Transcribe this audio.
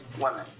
women